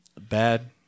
bad